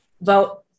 vote